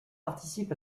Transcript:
participe